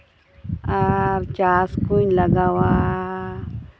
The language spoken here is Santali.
ᱟᱨ ᱪᱟᱥ ᱠᱚᱧ ᱞᱟᱜᱟᱣᱟ